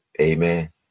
Amen